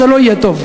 ואז זה לא יהיה טוב.